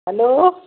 hello